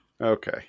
Okay